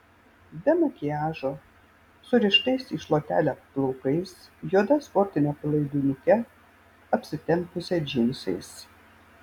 be makiažo surištais į šluotelę plaukais juoda sportine palaidinuke apsitempusią džinsais